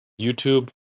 YouTube